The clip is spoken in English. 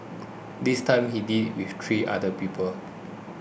this time he did it with three other people